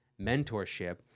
mentorship